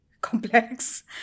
complex